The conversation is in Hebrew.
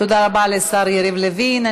תודה רבה לשר יריב לוין.